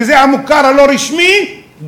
שזה המוכר הלא-רשמי,